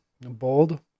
bold